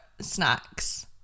snacks